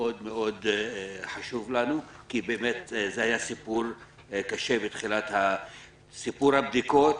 היה סיפור קשה בתחילת המגיפה.